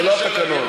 זה לא התקנון.